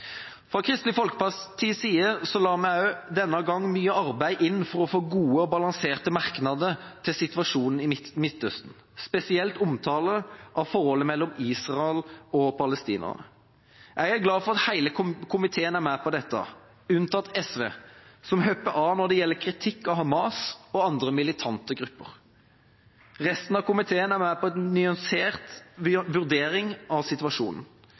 Fra Kristelig Folkepartis side la vi også denne gang mye arbeid inn på å få gode og balanserte merknader til situasjonen i Midtøsten, spesielt omtalen av forholdet mellom Israel og palestinerne. Jeg er glad for at hele komiteen er med på dette – unntatt SV, som hopper av når det gjelder kritikk av Hamas og andre militante grupper. Resten av komiteen er med på en nyansert vurdering av situasjonen.